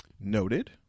Noted